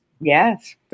Yes